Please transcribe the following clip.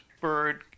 bird